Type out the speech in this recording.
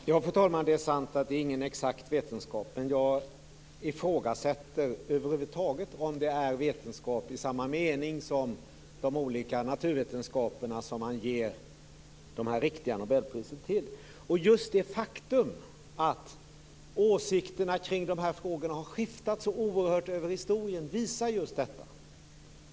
Fru talman! Det är sant att det inte är någon exakt vetenskap. Men jag ifrågasätter över huvud taget om det är vetenskap i samma mening som de olika naturvetenskaperna, med anledning av vilka man delar ut de riktiga nobelprisen. Just det faktum att åsikterna kring dessa frågor har skiftat så oerhört mycket över historien visar just detta.